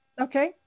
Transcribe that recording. Okay